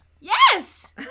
Yes